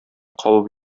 кабып